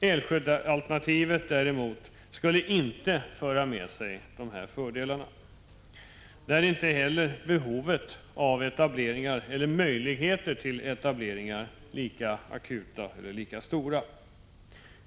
Älvsjöalternativet däremot skulle inte medföra dessa fördelar. Där är behovet av etableringar inte lika akut, och inte heller är möjligheterna till etablering lika stora.